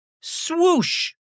Swoosh